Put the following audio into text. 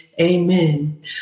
Amen